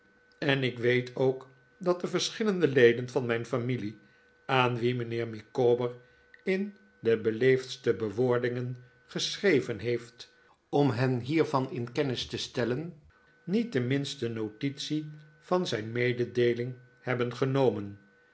en ik weet ook dat de verschillende leden van mijn familie aan wie mijnheer micawber in de beleefdste bewoordingen geschreven heeft om hen hiervan in kennis te stellen niet de minste notitie van zijn mededeeling nebben genomen